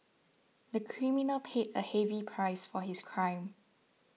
the criminal paid a heavy price for his crime